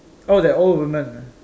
oh that old woman ah